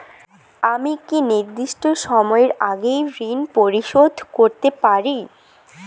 আমি কি নির্দিষ্ট সময়ের আগেই ঋন পরিশোধ করতে পারি?